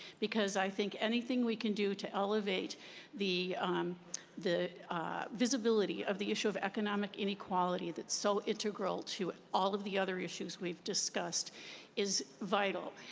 because i think anything we can do to elevate the the visibility of the issue of economic inequality that's so integral to all of the other issues we've discussed is vital.